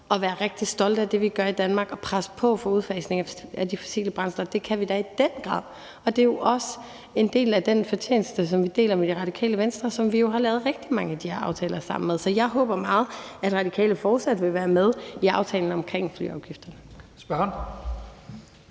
og være rigtig stolte af det, vi gør i Danmark, og presse på for en udfasning af de fossile brændsler? Det kan vi da i den grad. Og det er jo også en del af den fortjeneste, som vi deler med Radikale Venstre, som vi jo har lavet rigtig mange af de her aftaler sammen med, så jeg håber meget, at Radikale fortsat vil være med i aftalen omkring flyafgifter.